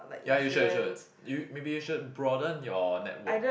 ya you should you should you maybe you should broaden your network